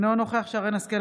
אינו נוכח שרן מרים השכל,